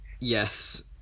yes